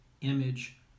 Image